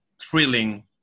thrilling